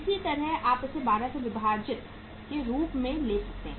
इसी तरह आप इसे 12 से विभाजित के रूप में ले सकते हैं